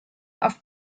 auf